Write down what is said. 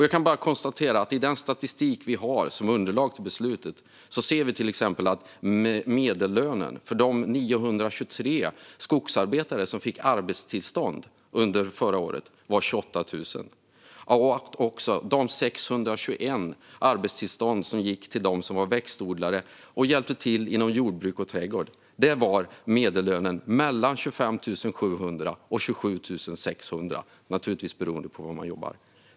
Jag kan bara konstatera att i den statistik vi har som underlag till beslutet ser vi till exempel att medellönen för de 923 skogsarbetare som fick arbetstillstånd under förra året var 28 000 kronor. De 621 arbetstillstånd som gick till dem som var växtodlare och hjälpte till inom jordbruk och trädgård visar att medellönen var 25 700-27 600 kronor, naturligtvis beroende på var de jobbar.